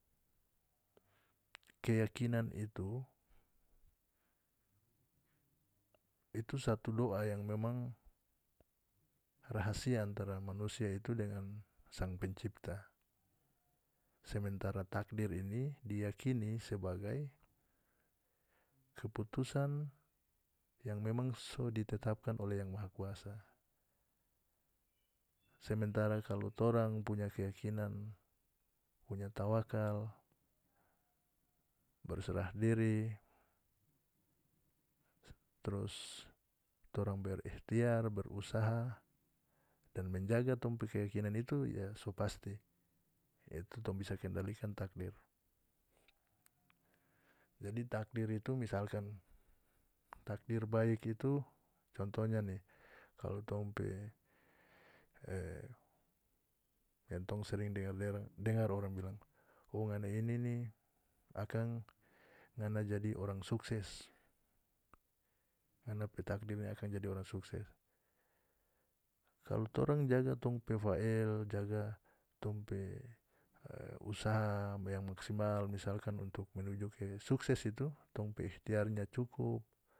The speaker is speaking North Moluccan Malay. Keyakinan itu itu satu doa yang memang rahasia antara manusia itu dengan sang pencipta sementara takdir ini diyakini sebagai keputusan yang memang so ditetapkan oleh yang maha kuasa sementara kalu torang punya keyakinan punya tawakal berserah diri trus torang berikhtiar berusaha dan menjadi tong pe keyakinan itu ya so pasti yaitu tong bisa kendalikan takdir jadi takdir itu misalkan takdir baik itu contohnya ni kalu tong pe e yang tong sering dengar-dengar dengar orang bilang oh ngana ini ni akan ngana jadi orang sukses ngana pe takdir ini akan jadi orang sukses kalu torang jaga torang pe fael jaga tong pe e usaha yang maksimal misalkan untuk menuju ke sukses itu tong pe ikhtiarnya cukup.